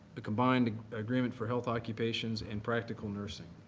the combined agreement for health occupations and practical nursing.